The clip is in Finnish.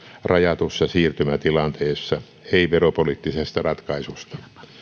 rajatussa siirtymätilanteessa ei veropoliittisesta ratkaisusta